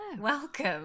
Welcome